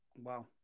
Wow